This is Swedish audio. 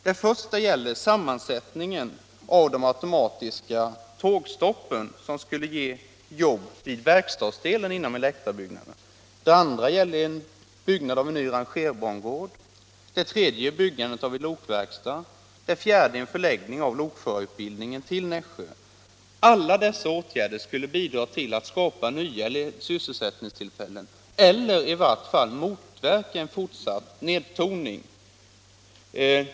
Det första gäller sammansättning av de automatiska tågstoppen, som skulle ge jobb till verkstadsavdelningen inom elektrobyggnaderna, det andra gäller byggandet av en ny rangerbangård, det tredje gäller byggandet av en lokverkstad och det fjärde gäller förläggning av lokförarutbildningen till Nässjö. Alla dessa åtgärder skulle bidra till att skapa nya sysselsättningstillfällen eller i vart fall motverka en fortsatt nedtoning.